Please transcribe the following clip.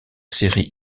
séries